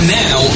now